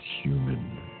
human